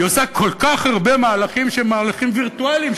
עושה כל כך הרבה מהלכים שהם מהלכים וירטואליים,